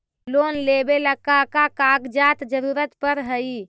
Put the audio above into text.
Loan लेवेला का का कागजात जरूरत पड़ हइ?